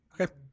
Okay